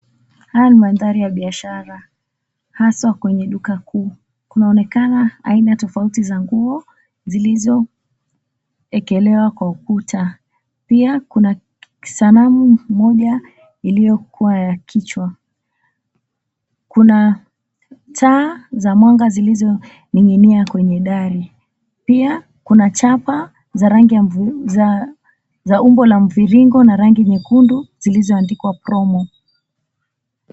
Haya ni mandhari ya bishara, haswa kwenye duka kuu. Kunaonekana aina tofauti za nguo zilizoekelewa kwa ukuta. Pia kuna kisanamu moja iliyokua ya kichwa. Kuna taa za mwanga zilizoning'inia kwenye dari. Pia kuna chapa za umbo la mviringo na rangi nyekundu zilizoandikwa promo.